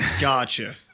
Gotcha